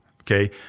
okay